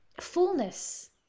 fullness